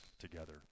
together